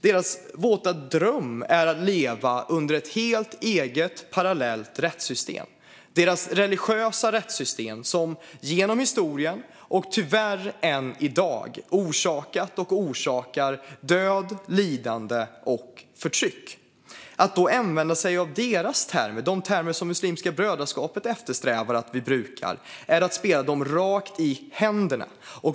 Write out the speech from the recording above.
Deras våta dröm är att leva under ett helt eget, parallellt rättssystem - deras religiösa rättssystem, som genom historien och tyvärr än i dag orsakat och orsakar död, lidande och förtryck. Att då använda sig av deras termer, de termer som Muslimska brödraskapet eftersträvar att vi brukar, är att spela dem rakt i händerna.